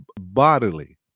bodily